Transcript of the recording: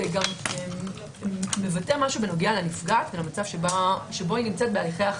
זה מבטא משהו על המצב שבו הנפגעת נמצאת בהליכי החקירה.